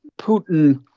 Putin